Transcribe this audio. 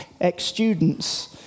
ex-students